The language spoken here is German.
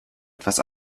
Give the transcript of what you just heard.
etwas